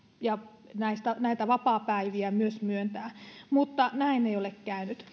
ja näitä vapaapäiviä myös myöntää mutta näin ei ole käynyt